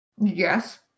Yes